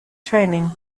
training